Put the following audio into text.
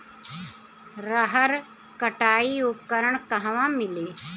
रहर कटाई उपकरण कहवा मिली?